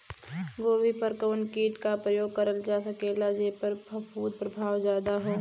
गोभी पर कवन कीट क प्रयोग करल जा सकेला जेपर फूंफद प्रभाव ज्यादा हो?